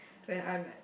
when I am at